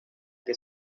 que